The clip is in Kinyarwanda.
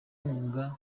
nkunga